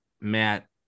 matt